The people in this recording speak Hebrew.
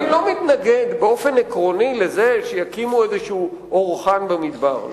אני לא מתנגד באופן עקרוני לזה שיקימו איזה אורחן במדבר,